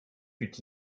ainsi